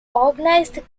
organized